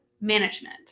management